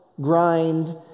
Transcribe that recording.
grind